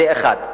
זה, אחד.